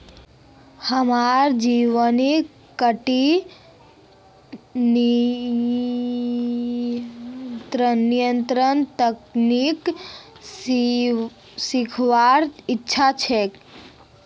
हमाक जैविक कीट नियंत्रण तकनीक सीखवार इच्छा छ